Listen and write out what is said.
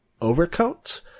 overcoat